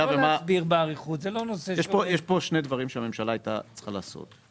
יש פה שני דברים שהממשלה הייתה צריכה לעשות: